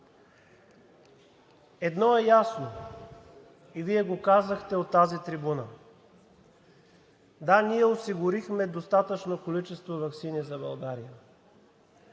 Едно е ясно и Вие го казахте от тази трибуна. Да, ние осигурихме достатъчно количество ваксини за България.